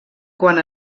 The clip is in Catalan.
quan